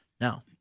Now